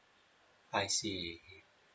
I see